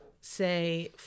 say